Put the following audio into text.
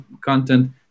content